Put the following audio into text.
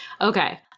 Okay